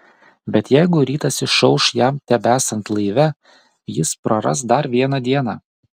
bet jeigu rytas išauš jam tebesant laive jis praras dar vieną dieną